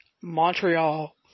Montreal